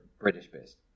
British-based